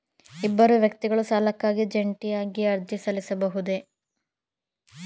ಇಬ್ಬರು ವ್ಯಕ್ತಿಗಳು ಸಾಲಕ್ಕಾಗಿ ಜಂಟಿಯಾಗಿ ಅರ್ಜಿ ಸಲ್ಲಿಸಬಹುದೇ?